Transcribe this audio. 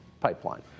pipeline